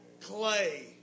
clay